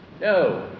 No